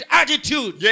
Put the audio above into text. attitude